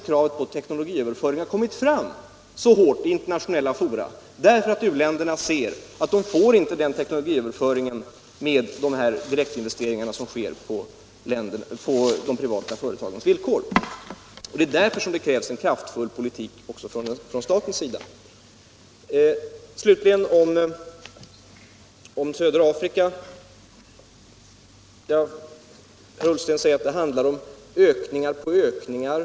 Kravet på teknologiöverföring har ju kommit fram så hårt i internationella fora, därför att u-länderna ser att de inte får en teknologiöverföring genom de direktinvesteringar som sker på de privata företagens villkor. Det är därför som det krävs en kraftfull politik också från statens sida. Slutligen södra Afrika. Herr Ullsten säger att reservationen handlar om ökningar på ökningar.